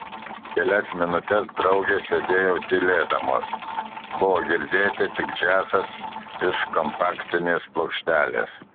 kelias minutes draugės sėdėjo tylėdamos buvo girdėti tik džiazas iš kompaktinės plokštelės